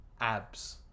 abs